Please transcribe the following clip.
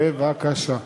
בבקשה.